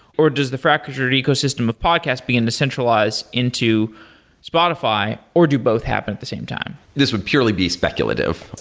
or does the fractured ecosystem of podcasts begin to centralize into spotify, or do both happen at the same time? this would purely be speculative.